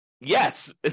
yes